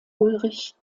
ulrich